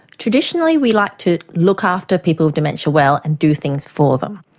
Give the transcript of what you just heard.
traditionally we like to look after people with dementia well and do things for them.